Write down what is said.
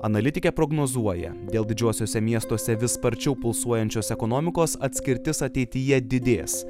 analitikė prognozuoja dėl didžiuosiuose miestuose vis sparčiau pulsuojančios ekonomikos atskirtis ateityje didės